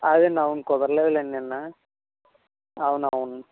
అదే అండి అవును కుదరలేదు లేండి నిన్న అవునవును